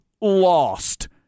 lost